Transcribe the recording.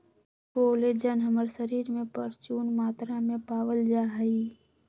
collagen हमर शरीर में परचून मात्रा में पावल जा हई